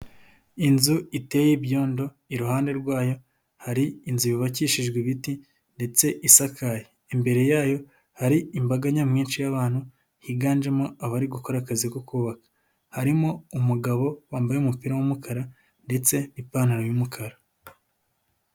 Inzu iteye ibyondo iruhande rwayo hari inzu yubakishijwe ibiti, ndetse isakaye imbere yayo hari imbaga nyamwinshi y'abantu higanjemo abari gukora akazi ko kubaka, harimo umugabo wambaye umupira w'umukara ndetse n'ipantaro y'umukara.